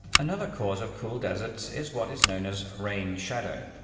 another cause of cool deserts is what is known as rain shadow.